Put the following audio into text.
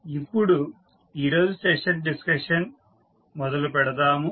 ఇప్పుడు ఈరోజు session discussion మొదలు పెడదాము